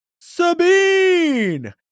Sabine